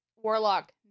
warlock